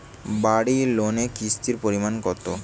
বাড়ি লোনে কিস্তির পরিমাণ কত?